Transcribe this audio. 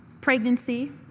pregnancy